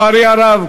לצערי הרב,